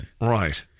Right